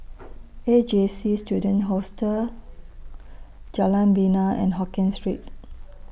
A J C Student Hostel Jalan Bena and Hokkien Street